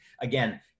Again